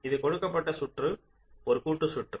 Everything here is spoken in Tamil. இது கொடுக்கப்பட்ட சுற்று ஒரு கூட்டு சுற்று